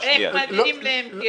לא אמרתי.